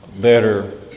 better